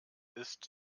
ist